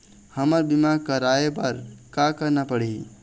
हमन बीमा कराये बर का करना पड़ही?